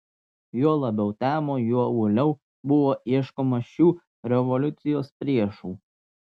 juo labiau temo juo uoliau buvo ieškoma šių revoliucijos priešų